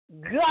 God